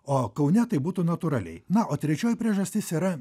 o kaune tai būtų natūraliai na o trečioji priežastis yra